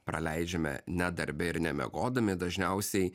praleidžiame ne darbe ir nemiegodami dažniausiai